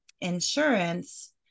insurance